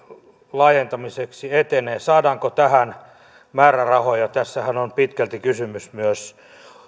laajentamiseksi etenevät saadaanko tähän määrärahoja tässähän on pitkälti kysymys myös